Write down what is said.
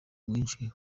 bwinshi